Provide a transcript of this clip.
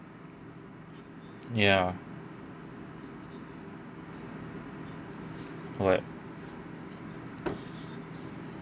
ya what